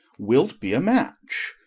will't be a match?